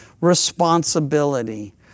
responsibility